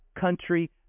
country